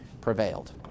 prevailed